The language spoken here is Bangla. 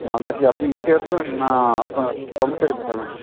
মালটা কি আপনি নিতে আসবেন না আপনার কর্মচারী পাঠাবেন